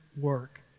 work